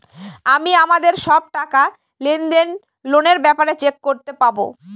আমি আমাদের সব টাকা, লেনদেন, লোনের ব্যাপারে চেক করতে পাবো